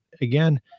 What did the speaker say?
again